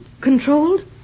controlled